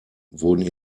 wurden